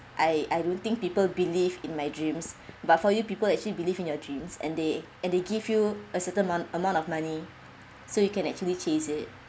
I I don't think people believed in my dreams but for you people actually believe in your dreams and they and they give you a certain amount amount of money so you can actually chase it